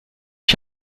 ich